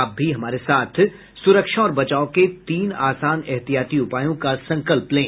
आप भी हमारे साथ सुरक्षा और बचाव के तीन आसान एहतियाती उपायों का संकल्प लें